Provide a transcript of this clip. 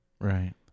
right